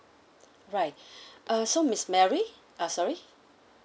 right uh so miss mary uh sorry